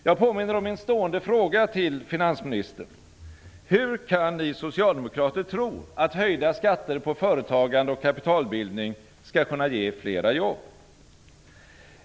Jag påminner om min stående fråga till finansministern: "Hur kan ni socialdemokrater tro att höjda skatter på företagande och kapitalbildning skall kunna ge flera jobb?"